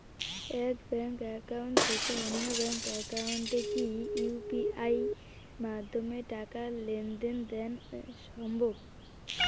এক bank account থেকে অন্য ব্যাংক একাউন্টে কি ইউ.পি.আই মাধ্যমে টাকার লেনদেন দেন সম্ভব?